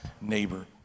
neighbor